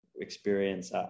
experience